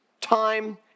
time